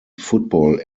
football